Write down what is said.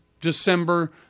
December